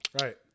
right